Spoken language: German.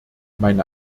meine